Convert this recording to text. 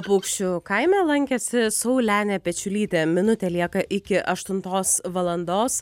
paukščių kaime lankėsi saulenė pečiulytė minutė lieka iki aštuntos valandos